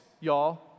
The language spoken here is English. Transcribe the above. Y'all